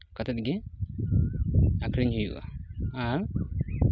ᱠᱟᱛᱮᱫ ᱜᱮ ᱟᱠᱷᱨᱤᱧ ᱦᱩᱭᱩᱜᱼᱟ ᱟᱨ